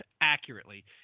accurately